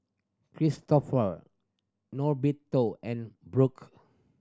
Cristofer Norberto and